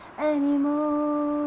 anymore